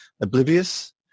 oblivious